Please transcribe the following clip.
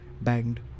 banged